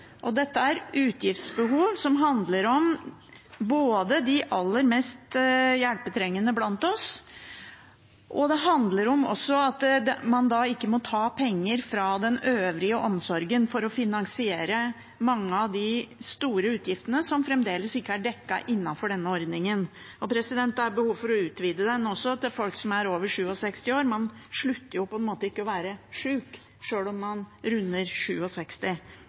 kommunene. Dette er utgiftsbehov som handler både om de aller mest hjelpetrengende blant oss, og også om at man ikke må ta penger fra den øvrige omsorgen for å finansiere mange av de store utgiftene som fremdeles ikke er dekket innenfor denne ordningen. Det er behov for å utvide den også til folk som er over 67 år. Man slutter på en måte ikke å være syk selv om man runder